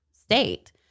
state